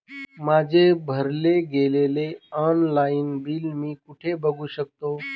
माझे भरले गेलेले ऑनलाईन बिल मी कुठे बघू शकतो?